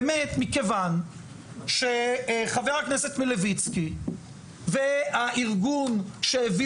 באמת מכיוון שחבר הכנסת מילביצקי והארגון שהביא